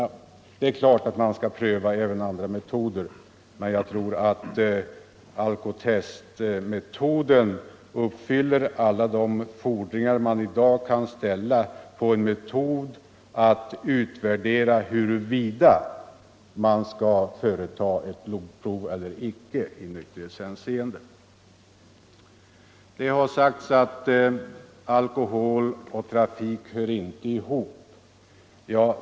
Det är klart att man skall pröva även andra metoder, men jag tror att Alcotestmetoden uppfyller alla de fordringar man i dag kan ställa på en metod att avgöra huruvida man skall företa blodprov eller icke i nykterhetshänseende. Det har sagts att alkohol och trafik hör inte ihop.